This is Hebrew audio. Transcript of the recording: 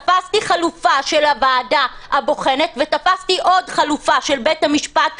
תפסתי חלופה של הוועדה הבוחנת ותפסתי עוד חלופה של בית המשפט,